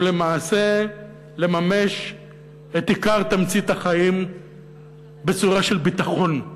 ולמעשה לממש את עיקר תמצית החיים בצורה של ביטחון.